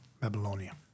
Babylonia